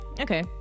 Okay